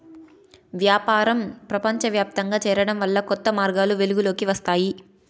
వ్యాపారం ప్రపంచవ్యాప్తంగా చేరడం వల్ల కొత్త మార్గాలు వెలుగులోకి వస్తాయి